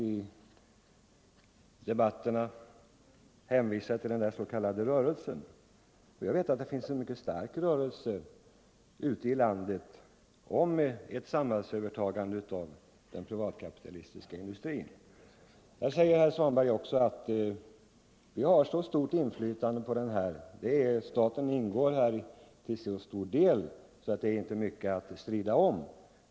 I debatterna hänvisas ju ofta till den s.k. rörelsen, och jag vet att det finns en mycket stark rörelse ute = Förstatligande av i landet för ett samhällsövertagande av den privatkapitalistiska läkeme = läkemedelsindudelsindustrin. strin Herr Svanberg säger att staten har så stort inflytande på denna industri att det inte är mycket att strida om.